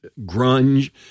grunge